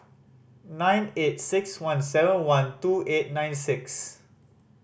nine eight six one seven one two eight nine six